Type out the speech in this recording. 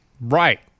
right